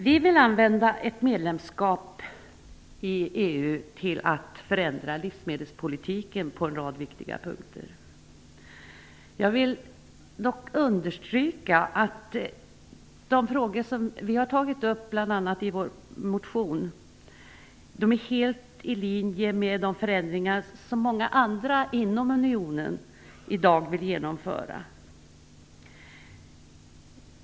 Vi vill använda ett medlemskap i EU till att förändra livsmedelspolitiken på en rad viktiga punkter. Dock vill jag understryka att de frågor som vi socialdemokrater har tagit upp bl.a. i vår motion är helt i linje med de förändringar som många andra länder inom unionen i dag vill genomföra.